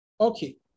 Okay